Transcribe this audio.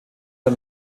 der